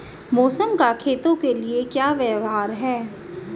मौसम का खेतों के लिये क्या व्यवहार है?